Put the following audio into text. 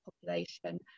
population